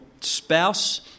spouse